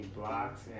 blocks